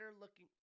looking